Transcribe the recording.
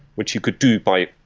which you could do by